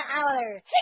hour